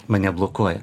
mane blokuoja